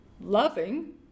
loving